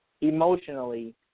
emotionally